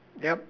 yup